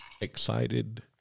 excited